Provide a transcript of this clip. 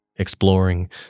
exploring